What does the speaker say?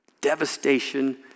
devastation